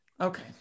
Okay